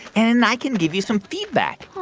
and i can give you some feedback?